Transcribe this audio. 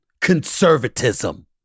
conservatism